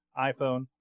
iPhone